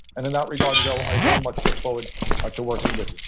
and in that regard, joe, i very much look forward ah to working with you.